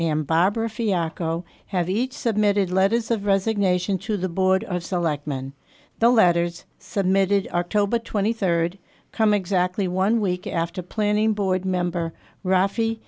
and barbara fiasco have each submitted letters of resignation to the board of selectmen the letters submitted october twenty third come exactly one week after planning board member rafi